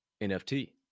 NFT